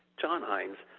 john himes.